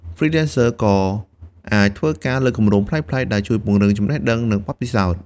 Freelancers ក៏អាចធ្វើការលើគម្រោងប្លែកៗ ដែលជួយពង្រីកចំណេះដឹង និងបទពិសោធន៍។